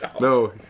No